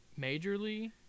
majorly